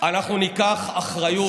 אנחנו ניקח אחריות,